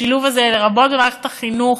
השילוב הזה, לרבות במערכת החינוך,